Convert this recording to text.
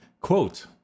Quote